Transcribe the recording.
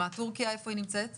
איפה נמצאת טורקיה?